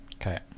okay